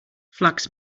flax